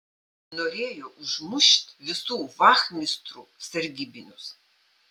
norėjo užmušt visų vachmistrų sargybinius